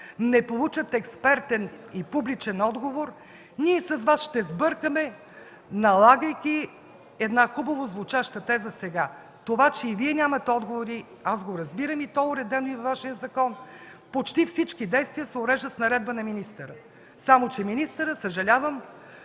не получат експертен и публичен отговор, ние с Вас ще сбъркаме, налагайки една хубаво звучаща теза сега. Това, че и Вие нямате отговори, аз го разбирам и то е уредено и във Вашия закон – почти всички действия се уреждат с наредба на министъра. Само че министърът, съжалявам,